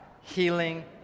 healing